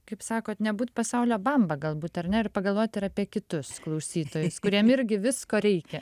kaip sakot nebūt pasaulio bamba galbūt ar ne ir pagalvot ir apie kitus klausytojus kuriem irgi visko reikia